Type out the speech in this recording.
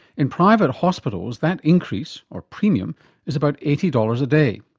in private hospitals that increase or premium is about eighty dollars a day.